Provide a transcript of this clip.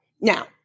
now